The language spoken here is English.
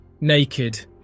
naked